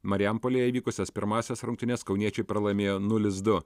marijampolėje įvykusias pirmąsias rungtynes kauniečiai pralaimėjo nulis du